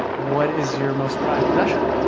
what is your most prized possession?